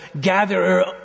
gatherer